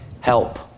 help